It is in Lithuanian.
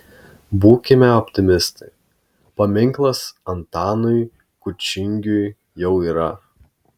būkime optimistai paminklas antanui kučingiui jau yra